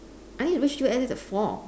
I need to reach U_S_S at four